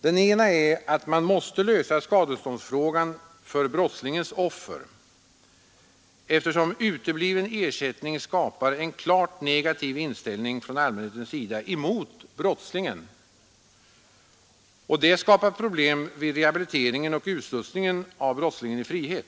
Den ena är att man måste lösa skadeståndsfrågan för brottslingens offer. Utebliven ersättning skapar en klart negativ inställning från allmänhetens sida mot brottslingen, och detta skapar problem vid rehabiliteringen och utslussningen av brottslingen i frihet.